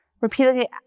Repeatedly